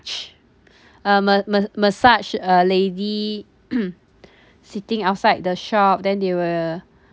um ma~ ma~ massage uh lady sitting outside the shop then they will